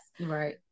right